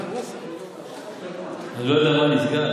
אני לא יודע מה נסגר,